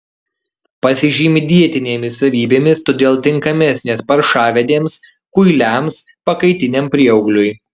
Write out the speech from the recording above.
pasižymi dietinėmis savybėmis todėl tinkamesnės paršavedėms kuiliams pakaitiniam prieaugliui